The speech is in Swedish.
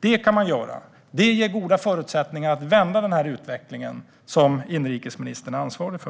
Detta kan vi göra. Det ger goda förutsättningar att vända den utveckling som inrikesministern är ansvarig för.